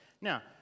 Now